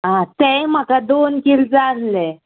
आं तेंयी म्हाका दोन कील जाय आसले